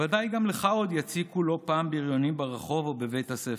"ודאי גם לך עוד יציקו לא פעם בריונים ברחוב או בבית הספר.